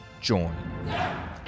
join